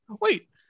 Wait